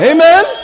Amen